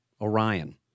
Orion